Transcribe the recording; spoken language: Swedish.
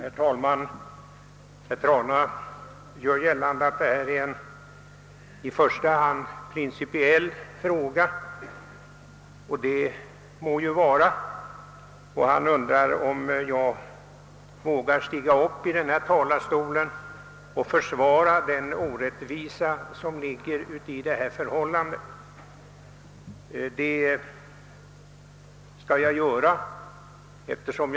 Herr talman! Herr Trana gör gällande att detta i första hand är en principiell fråga, och det må vara sant. Han undrar om jag vågar stiga upp i talarstolen och försvara den orättvisa som är förknippad med det här systemet.